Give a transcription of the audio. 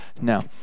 no